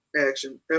Action